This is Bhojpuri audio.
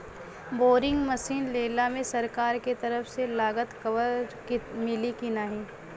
बोरिंग मसीन लेला मे सरकार के तरफ से लागत कवर मिली की नाही?